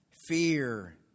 fear